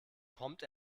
kommt